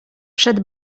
przed